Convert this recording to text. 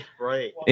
right